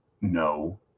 No